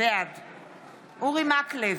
בעד אורי מקלב,